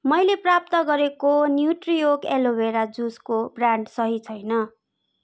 मैले प्राप्त गरेको न्युट्रिअर्ग एलो भेरा जुसको ब्रान्ड सही छैन